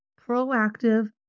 proactive